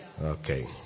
Okay